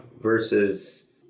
versus